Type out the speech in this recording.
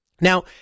Now